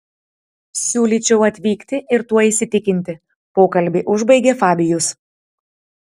siūlyčiau atvykti ir tuo įsitikinti pokalbį užbaigė fabijus